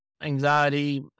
anxiety